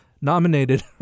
nominated